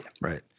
right